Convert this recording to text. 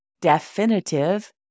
DEFINITIVE